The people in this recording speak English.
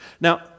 Now